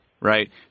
right